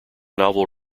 novel